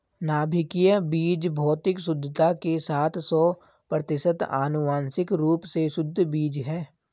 नाभिकीय बीज भौतिक शुद्धता के साथ सौ प्रतिशत आनुवंशिक रूप से शुद्ध बीज है